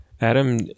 Adam